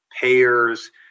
payers